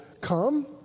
come